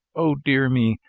oh, dear me,